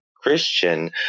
Christian